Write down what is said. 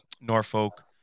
Norfolk